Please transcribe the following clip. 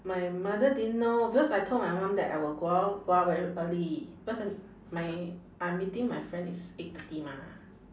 my mother didn't know because I told my mum that I will go out go out very early because I my I'm meeting my friend is eight thirty mah